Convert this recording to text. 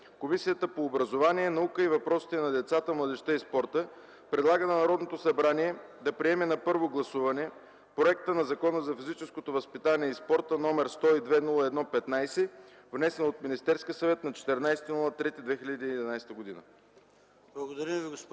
Комисията по образованието, науката и въпросите на децата, младежта и спорта предлага на Народното събрание да приеме на първо гласуване Проект на Закона за физическото възпитание и спорта № 102-01-15, внесен от Министерския съвет на 14 март 2011 г.”